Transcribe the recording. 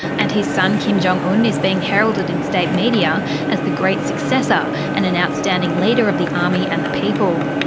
and his son kim jong-un is being heralded in state media as the great successor and an outstanding leader of the army and the people.